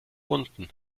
unten